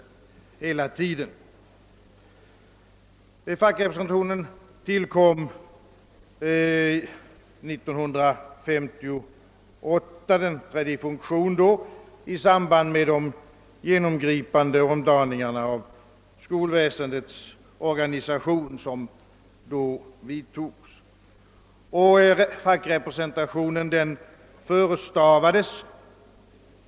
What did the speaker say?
Fackrepresentationen trädde i. funktion 1958 i samband med de genomgripande omdaningar i skolväsendets organisation som då gjordes.